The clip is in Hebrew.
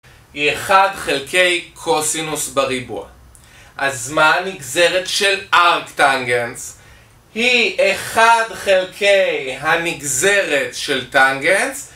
היא 1 חלקי קוסינוס בריבוע, אז מה הנגזרת של ארקטאנגנס? היא 1 חלקי הנגזרת של טאנגנס